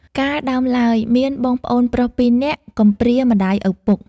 កាលដើមឡើយ មានបងប្អូនប្រុសពីរនាក់ កំព្រាម្តាយឪពុក។